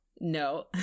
No